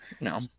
No